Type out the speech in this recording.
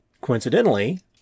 Coincidentally